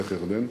מלך ירדן.